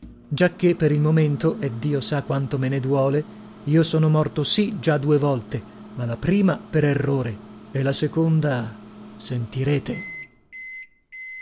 me ne duole io sono morto sì già due volte ma la prima per errore e la seconda sentirete